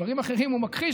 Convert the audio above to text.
דברים אחרים הוא מכחיש,